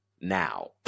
now